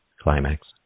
climax